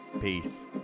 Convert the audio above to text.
Peace